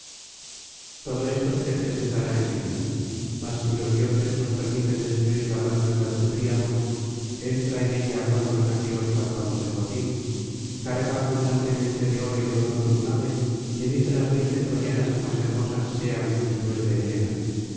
todo esto se te presentará en seguida mas si los dioses nos permiten destruir la gran ciudad de príamo entra en ella cuando los aqueos partamos el botín carga abundantemente de oro y de bronce tu nave y elige las veinte troyanas que más hermosas sean después de helena